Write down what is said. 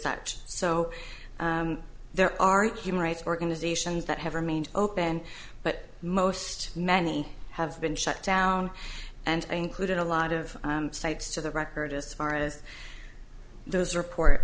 such so there are human rights organizations that have remained open but most many have been shut down and included a lot of sites to the record as far as those report